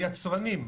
היצרנים,